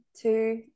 two